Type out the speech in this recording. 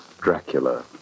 Dracula